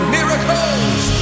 Miracles